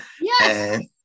Yes